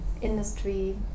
industry